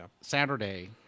Saturday